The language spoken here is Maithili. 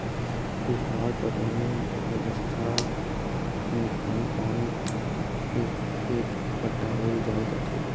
फुहार पटौनी व्यवस्था मे कम पानि मे खेत पटाओल जाइत अछि